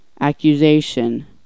accusation